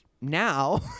now